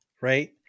right